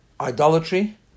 idolatry